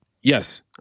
Yes